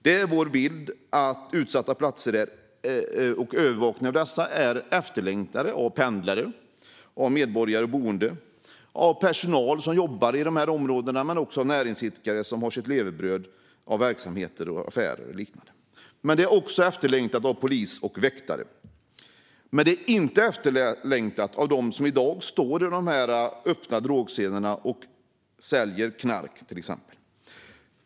Det är vår bild att övervakning av utsatta platser är efterlängtat av pendlare, medborgare och boende, liksom av personal som jobbar i dessa områden och av näringsidkare som har sitt levebröd av verksamheter som affärer och liknande. Det är också efterlängtat av polis och väktare. Det är dock inte efterlängtat av dem som i dag står på de öppna drogscenerna och till exempel säljer knark.